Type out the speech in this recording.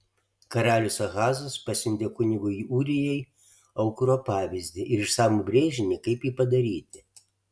karalius ahazas pasiuntė kunigui ūrijai aukuro pavyzdį ir išsamų brėžinį kaip jį padaryti